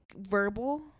verbal